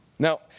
Now